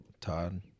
Todd